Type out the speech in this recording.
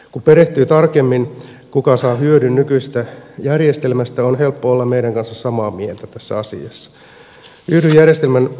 kun perehtyy tarkemmin kuka saa hyödyn nykyisestä järjestelmästä on helppo olla meidän kanssamme samaa mieltä tässä asiassa